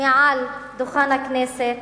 מעל דוכן הכנסת,